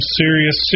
serious